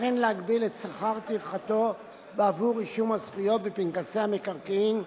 וכן להגביל את שכר טרחתו בעבור רישום הזכויות בפנקסי המקרקעין,